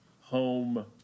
home